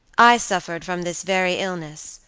i suffered from this very illness